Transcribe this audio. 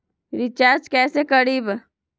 Recharge कैसे करीब?